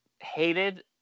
Hated